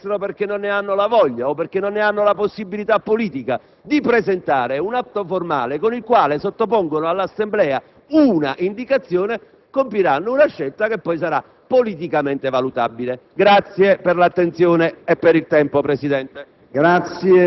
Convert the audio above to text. che non ritengono, perché non ne hanno la voglia o la possibilità politica, di presentare un atto formale con il quale sottopongono all'Assemblea una indicazione, compiranno una scelta che poi sarà politicamente valutabile. Grazie per l'attenzione e per il tempo concesso, Presidente.